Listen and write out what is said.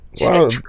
wow